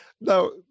now